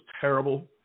terrible